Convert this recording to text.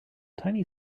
tiny